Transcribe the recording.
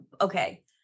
okay